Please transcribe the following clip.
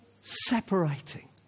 separating